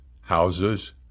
houses